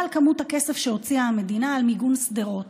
על כמות הכסף שהוציאה המדינה על מיגון שדרות.